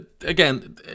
again